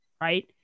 right